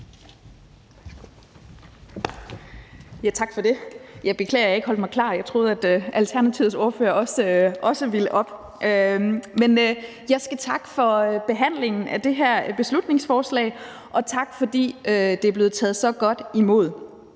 Tak for det. Jeg beklager, at jeg ikke holdt mig klar. Jeg troede, at Alternativets ordfører også ville op. Jeg skal takke for behandlingen af det her beslutningsforslag og sige tak for, at det er blevet taget så godt imod.